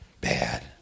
bad